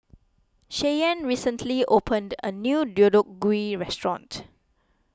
Cheyenne recently opened a new Deodeok Gui restaurant